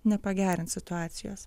nepagerins situacijos